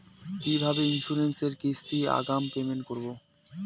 কিভাবে ইন্সুরেন্স এর কিস্তি আগাম পেমেন্ট করবো?